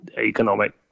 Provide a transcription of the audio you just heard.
economic